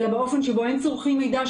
אלא באופן שבו הם צורכים מידע,